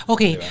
Okay